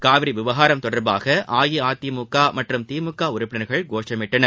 காவிரி விவகாரம் தொடர்பாக அஇஅதிமுக மற்றும் திமுக உறுப்பினர்கள் கோஷமிட்டனர்